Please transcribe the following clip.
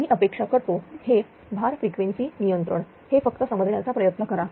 मी अपेक्षा करतो हे भार फ्रिक्वेन्सी नियंत्रण हे फक्त समजण्याचा प्रयत्न करा